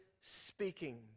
speaking